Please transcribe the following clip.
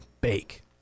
bake